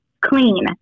clean